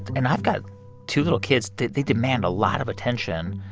and i've got two little kids. they they demand a lot of attention.